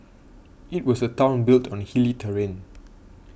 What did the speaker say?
it was a town built on hilly terrain